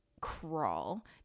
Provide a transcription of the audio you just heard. crawl